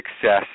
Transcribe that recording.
success